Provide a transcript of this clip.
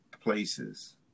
places